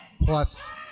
plus